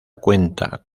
cuenta